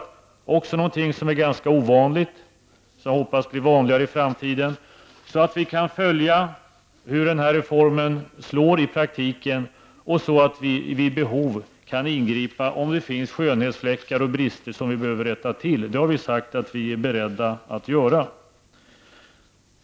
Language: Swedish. Det är också något som är ganska ovanligt. Jag hoppas att det blir vanligare i framtiden. Meningen är att vi skall kunna följa hur reformen slår i praktiken, så att vi vid behov kan ingripa om det finns skönhetsfläckar och brister som vi behöver rätta till. Det har vi sagt att vi är beredda att göra.